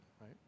right